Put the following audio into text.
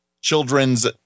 children's